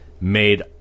made